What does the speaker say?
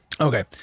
Okay